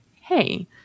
hey